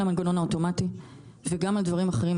המנגנון האוטומטי וגם על דברים אחרים,